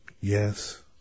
Yes